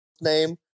name